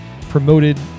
promoted